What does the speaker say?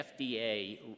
FDA